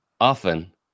often